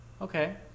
Okay